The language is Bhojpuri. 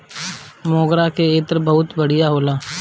मोगरा के इत्र बहुते बढ़िया होला